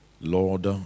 Lord